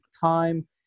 time